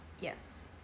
Yes